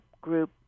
group